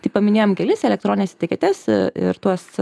tik paminėjom kelis elektronines etiketes ir tuos